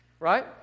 Right